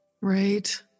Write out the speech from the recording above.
Right